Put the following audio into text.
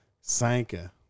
Sanka